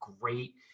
great